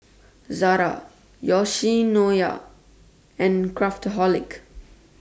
Zara Yoshinoya and Craftholic